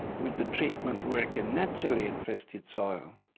would the treatment work in naturally infested soil?